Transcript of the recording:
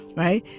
right?